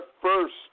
first